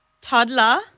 Toddler